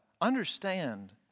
understand